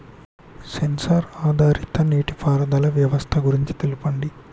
Censor ఆధారిత నీటిపారుదల వ్యవస్థ గురించి తెల్పండి?